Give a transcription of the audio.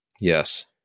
Yes